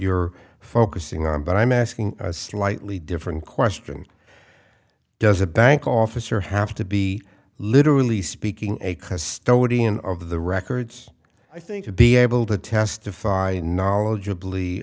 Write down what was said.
you're focusing on but i'm asking a slightly different question does a bank officer have to be literally speaking a custodian of the records i think to be able to testify knowledgably